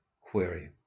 Query